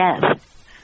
death